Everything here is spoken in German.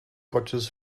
gottes